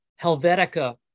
Helvetica